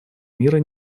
мира